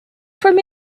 from